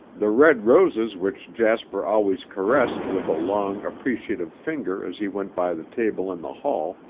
the red roses which jasper always caressed with a long, appreciative finger as he went by the table in the hall,